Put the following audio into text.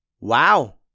Wow